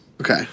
Okay